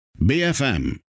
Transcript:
BFM